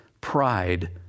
pride